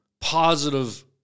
positive